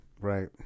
Right